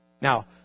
Now